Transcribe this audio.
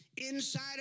Inside